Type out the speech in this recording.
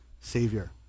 Savior